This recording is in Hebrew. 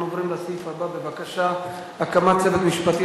אנחנו עוברים לסעיף הבא: הקמת צוות משפטי